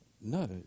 No